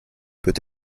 peut